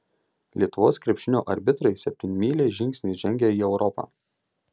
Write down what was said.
lietuvos krepšinio arbitrai septynmyliais žingsniais žengia į europą